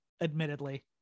admittedly